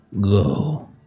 go